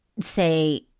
say